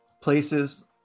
places